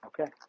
Okay